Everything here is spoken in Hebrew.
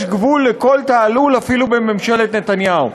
יש גבול לכל תעלול, אפילו בממשלת נתניהו.